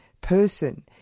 person